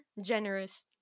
generous